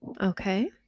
Okay